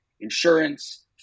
insurance